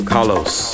Carlos